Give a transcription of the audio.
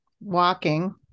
walking